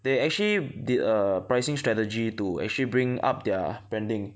they actually did a pricing strategy to actually bring up their branding